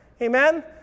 Amen